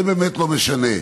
זה באמת לא משנה.